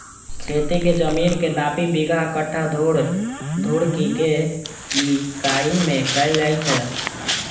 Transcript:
खेतीक जमीनक नापी बिगहा, कट्ठा, धूर, धुड़की के इकाइ मे कैल जाए छै